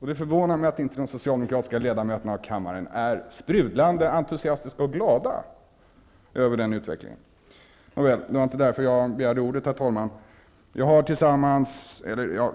Det förvånar mig att inte de socialdemokratiska ledamöterna av kammaren är sprudlande entusiastiska och glada över den utvecklingen. Nåväl, det var inte därför jag begärde ordet, herr talman.